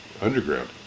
underground